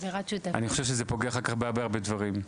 אני חושב שזה פוגע אחר כך בהרבה דברים.